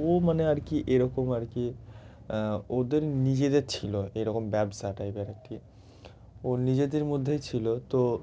ও মানে আর কি এরকম আর কি ওদের নিজেদের ছিল এরকম ব্যবসা টাইপের একটি ও নিজেদের মধ্যেই ছিল তো